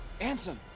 Ansem